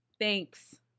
Thanks